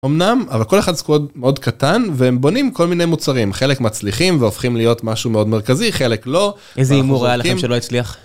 אמנם אבל כל אחד זה קוד מאוד קטן והם בונים כל מיני מוצרים חלק מצליחים והופכים להיות משהו מאוד מרכזי חלק לא. איזה הימור היה לכם שלא הצליח?